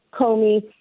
comey